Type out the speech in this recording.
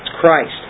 Christ